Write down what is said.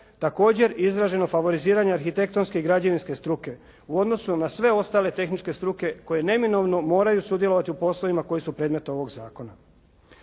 također izraženo favoriziranje arhitektonske i građevinske struke u odnosu na sve ostale tehničke struke koje neminovno moraju sudjelovati u poslovima koji su predmet ovog zakona.